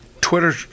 Twitter